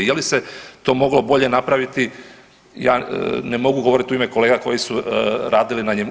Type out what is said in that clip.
Je li se to moglo bolje napraviti ja ne mogu govoriti u ime kolega koji su radili na njemu.